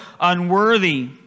unworthy